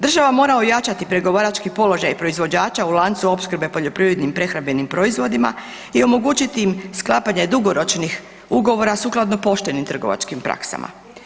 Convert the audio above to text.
Država mora ojačati pregovarački položaj proizvođača u lancu opskrbe poljoprivrednim i prehrambenim proizvodima i omogućiti im sklapanje dugoročnih ugovora sukladno poštenim trgovačkim praksama.